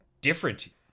different